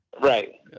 Right